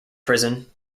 prison